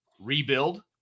rebuild